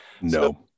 no